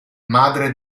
madre